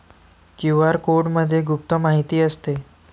QR कोडमध्ये गुप्त माहिती असते